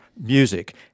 music